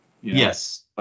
yes